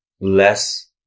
less